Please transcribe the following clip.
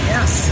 Yes